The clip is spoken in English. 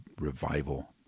revival